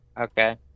Okay